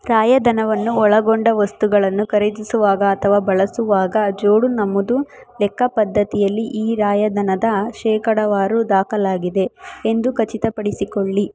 ಕಾಯದನವನ್ನು ಒಳಗೊಂಡ ವಸ್ತುಗಳನ್ನು ಖರೀದಿಸುವಾಗ ಅಥವಾ ಬಳಸುವಾಗ ಜೋಡಿ ನಮ್ಮದು ಲೆಕ್ಕ ಪದ್ಧತಿಯಲ್ಲಿ ಈ ರಾಯದನದ ಶೇಕಡಾವಾರು ದಾಕಲಾಗಿದೆ ಎಂದು ಖಚಿತಪಡಿಸಿಕೊಳ್ಳಿ